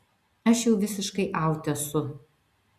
aš jau visiškai aut esu